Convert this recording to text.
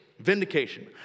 Vindication